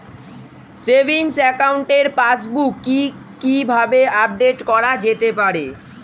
Savings একাউন্টের passbook কি কিভাবে আপডেট করা যেতে পারে?